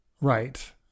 Right